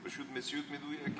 פשוט מציאות מדויקת.